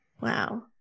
Wow